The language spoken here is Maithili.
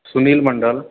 सुनील मंडल